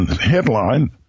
Headline